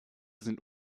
sind